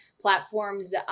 platforms